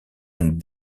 une